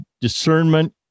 Discernment